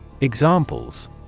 Examples